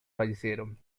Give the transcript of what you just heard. fallecieron